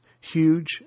huge